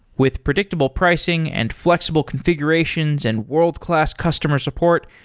with predictable pricing and flexible configurations and world-class customer support,